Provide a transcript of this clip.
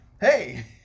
hey